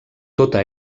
tota